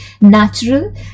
natural